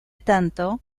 tanto